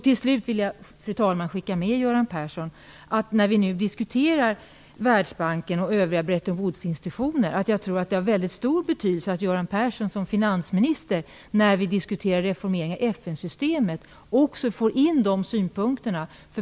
Slutligen, fru talman, vill jag skicka med Göran Persson att det, när vi nu diskuterar Världsbanken och övriga Bretton Woods-institutioner, har stor betydelse att Göran Persson som finansminister vid diskussioner om reformering av FN-systemet också får in dessa synpunkter.